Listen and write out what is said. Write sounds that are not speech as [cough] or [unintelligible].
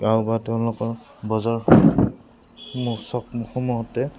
গাঁও বা তেওঁলোকৰ বজাৰ [unintelligible]